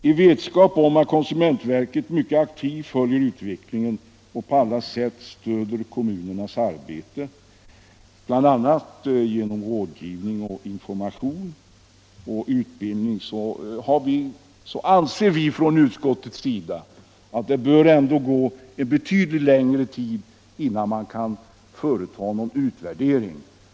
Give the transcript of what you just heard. I vetskap om att konsumentverket mycket aktivt följer utvecklingen och på alla sätt stöder kommunernas arbete inom den lokala konsumentpolitiken, bl.a. genom rådgivning, information och utbildning, anser vi inom utskottsmajoriteten att det bör gå betydligt längre tid innan man kan företa någon utvärdering.